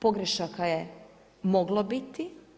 Pogrešaka je moglo biti.